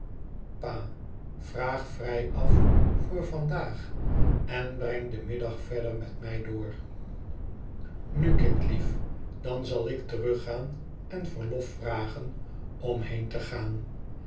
pa vraag vrijaf voor vandaag en breng den middag verder met mij door nu kindlief dan zal ik teruggaan en verlof vragen om heen te gaan